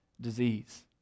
disease